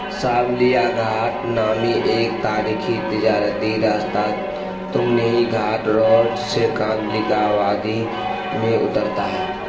ساولیا گھاٹ نامی ایک تاریخی تجارتی راستہ تمنہی گھاٹ روڈ سے کانڈلیکا وادی میں اترتا ہے